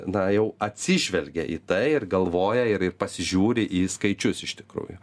na jau atsižvelgė į tai ir galvoja ir ir pasižiūri į skaičius iš tikrųjų